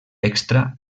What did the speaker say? extra